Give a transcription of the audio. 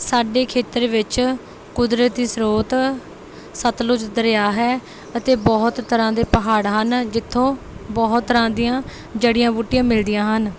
ਸਾਡੇ ਖੇਤਰ ਵਿੱਚ ਕੁਦਰਤੀ ਸਰੋਤ ਸਤਲੁਜ ਦਰਿਆ ਹੈ ਅਤੇ ਬਹੁਤ ਤਰ੍ਹਾਂ ਦੇ ਪਹਾੜ ਹਨ ਜਿੱਥੋਂ ਬਹੁਤ ਤਰ੍ਹਾਂ ਦੀਆਂ ਜੜ੍ਹੀਆਂ ਬੂਟੀਆਂ ਮਿਲਦੀਆਂ ਹਨ